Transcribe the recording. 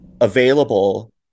available